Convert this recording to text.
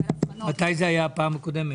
מתי הייתה הפעם הקודמת?